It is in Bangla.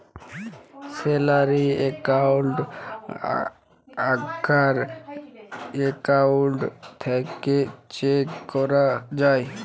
স্যালারি একাউল্ট আগ্কার একাউল্ট থ্যাকে চেঞ্জ ক্যরা যায়